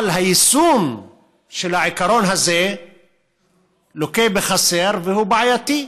אבל היישום של העיקרון הזה לוקה בחסר והוא בעייתי.